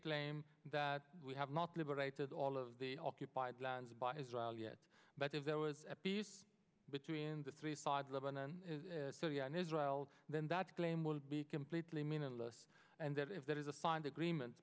claim that we have not liberated all of the occupied lands by israel yet but if there was a peace between the three sides lebanon syria and israel then that claim would be completely meaningless and that if there is a find agreement